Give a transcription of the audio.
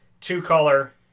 two-color